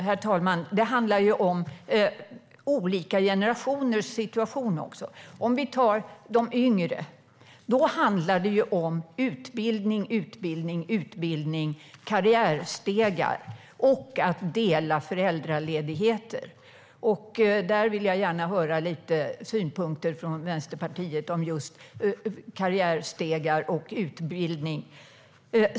Herr talman! Det handlar också om olika generationers situationer. För de yngre handlar det om utbildning, karriärstegar och att dela på föräldraledigheter. Jag vill höra lite om Vänsterpartiets synpunkter på just karriärstegar och utbildning.